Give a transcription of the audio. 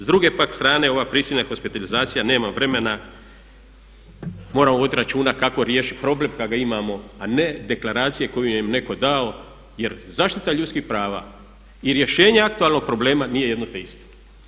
S druge pak strane ova prisilna hospitalizacija nema vremena, mora voditi računa kako riješiti problem kad ga imamo a ne deklaracije koju nam je netko dao jer zaštita ljudskih prava i rješenje aktualnog problema nije jedno te isto.